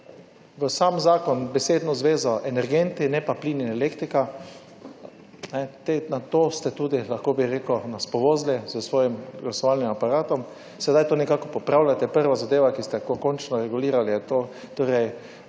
v sam zakon besedno zvezo energenti ne pa plin in elektrika, na to ste tudi, lahko bi rekel, nas povozili s svojim glasovalnim aparatom. Sedaj to nekako popravljate. Prva zadeva, ki ste jo končno regulirali je to torej